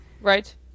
Right